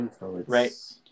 Right